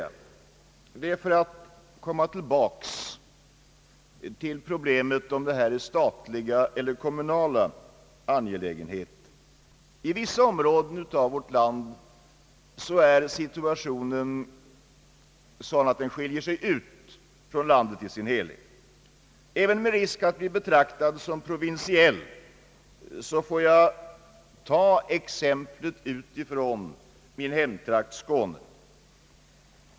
För att komma tillbaka till problemet huruvida naturvården är en statlig eller kommunal angelägenhet vill jag framhålla, att situationen i vissa områden i vårt land är sådan att den skiljer sig från landet i dess helhet. även med risk för att bli betraktad såsom provinsiell tar jag ett exempel från min hemtrakt Skåne.